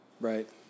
Right